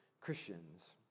Christians